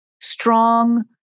strong